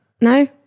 No